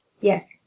Yes